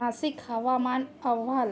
मासिक हवामान अहवाल